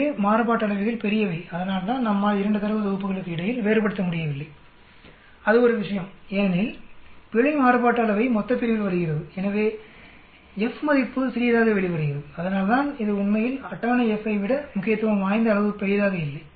எனவே மாறுபாட்டு அளவைகள் பெரியவை அதனால்தான் நம்மால் 2 தரவுத் தொகுப்புகளுக்கு இடையில் வேறுபடுத்த முடியவில்லை அது ஒரு விஷயம் ஏனெனில் பிழை மாறுபாட்டு அளவை மொத்தப்பிரிவில் வருகிறது எனவே F மதிப்பு சிறியதாக வெளிவருகிறது அதனால்தான் இது உண்மையில் அட்டவணை F ஐ விட முக்கியத்துவம் வாய்ந்த அளவு பெரிதாக இல்லை